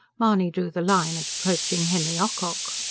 mahony drew the line at approaching henry ocock.